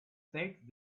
felt